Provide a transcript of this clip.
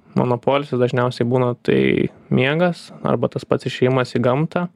mano poilsis dažniausiai būna tai miegas arba tas pats išėjimas į gamtą